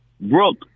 Brooke